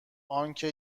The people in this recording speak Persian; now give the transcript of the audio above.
آنکه